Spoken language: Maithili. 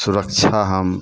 सुरक्षा हम